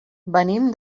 venim